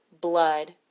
blood